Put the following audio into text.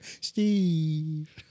Steve